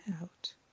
out